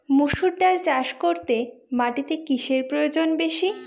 মুসুর ডাল চাষ করতে মাটিতে কিসে প্রয়োজন বেশী?